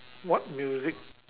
what music